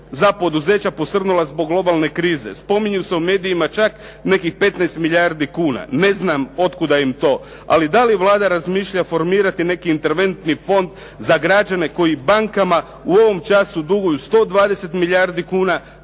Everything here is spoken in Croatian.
za poduzeća posrnula zbog globalne krize, spominju se u medijima čak nekih 15 milijardi kuna, ne znam otkuda im to, ali da li Vlada razmišlja formirati neki interventni fond za građane koji bankama u ovom času duguju 120 milijardi kuna,